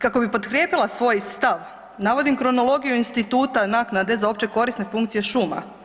Kako bi potkrijepila svoj stav navodim kronologiju instituta naknade za općekorisne funkcije šuma.